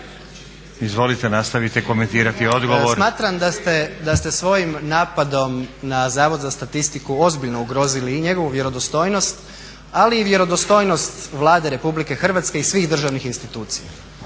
Izvolite nastavite komentirati odgovor. **Jandroković, Gordan (HDZ)** Smatram da ste svojim napadom na Zavod za statistiku ozbiljno ugrozili i njegovu vjerodostojnost ali i vjerodostojnost Vlade Republike Hrvatske i svih državnih institucija.